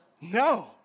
No